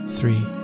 three